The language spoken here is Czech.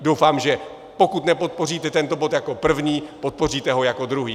Doufám, že pokud nepodpoříte tento bod jako první, podpoříte ho jako druhý.